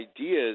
ideas